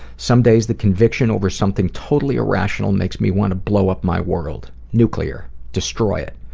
some days the conviction over something totally irrational makes me want to blow up my world. nuclear. destroy it.